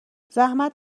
زحمت